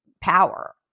power